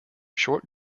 short